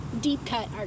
deep-cut